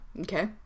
Okay